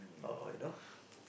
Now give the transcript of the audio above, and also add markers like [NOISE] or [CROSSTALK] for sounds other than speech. or you know [BREATH]